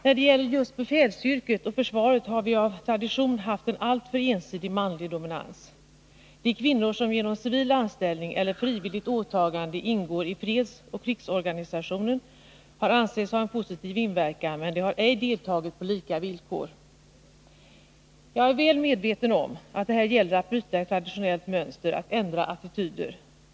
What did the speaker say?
När det gäller just befälsyrket och försvaret har vi av tradition haft en alltför ensidig manlig dominans. De kvinnor som genom civil anställning eller frivilligt åtagande ingår i fredsoch krigsorganisationen har ansetts ha en positiv inverkan, men de har ej deltagit på lika villkor. Jag är väl medveten om att det här gäller att bryta ett traditionellt mönster, 163 att ändra attityder.